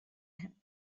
him